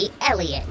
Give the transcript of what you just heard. Elliot